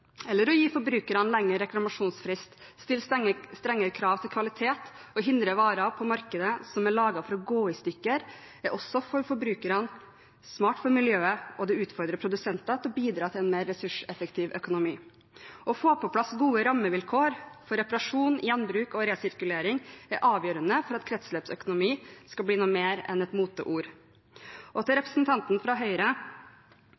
eller å gi forbrukerne lengre reklamasjonsfrist, stille strengere krav til kvalitet og hindre varer på markedet som er laget for å gå i stykker. Det er også bra for forbrukerne, smart for miljøet, og det utfordrer produsenter til å bidra til en mer ressurseffektiv økonomi. Å få på plass gode rammevilkår for reparasjon, gjenbruk og resirkulering er avgjørende for at kretsløpsøkonomi skal bli noe mer enn et moteord. Til